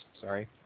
Sorry